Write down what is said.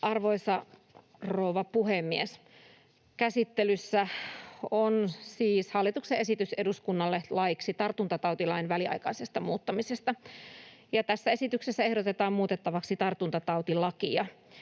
Arvoisa rouva puhemies! Käsittelyssä on siis hallituksen esitys eduskunnalle laiksi tartuntatautilain väliaikaisesta muuttamisesta. Tässä esityksessä ehdotetaan muutettavaksi tartuntatautilakia.